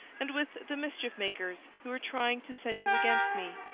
and with the mischief-makers who are trying to set you against me.